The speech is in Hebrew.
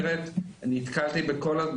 אני קראתי את הצעת החוק.